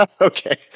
Okay